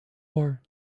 war